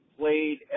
played